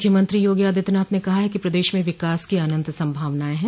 मुख्यमंत्री योगी आदित्यनाथ ने कहा है कि प्रदेश में विकास की अनंत संभावनायें हैं